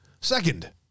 Second